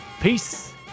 Peace